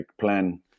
plan